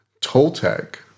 Toltec